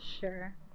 Sure